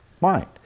mind